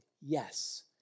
yes